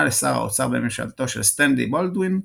לשר האוצר בממשלתו של סטנלי בולדווין,